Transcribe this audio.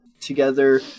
together